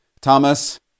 Thomas